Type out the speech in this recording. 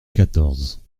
quatorze